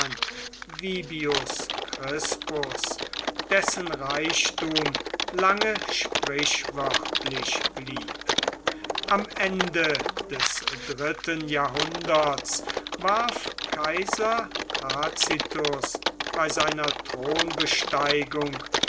dessen reichtum lange sprichwörtlich blieb am ende des dritten jahrhunderts warf kaiser tacitus bei seiner